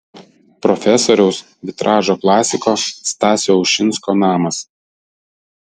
profesoriaus vitražo klasiko stasio ušinsko namas